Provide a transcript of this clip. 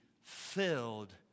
filled